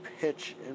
pitch